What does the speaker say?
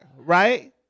Right